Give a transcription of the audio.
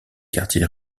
quartiers